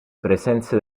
presenze